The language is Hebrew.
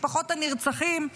משפחות הנרצחים,